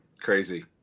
Crazy